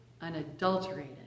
unadulterated